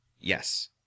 Yes